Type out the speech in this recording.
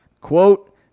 Quote